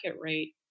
rate